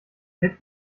pit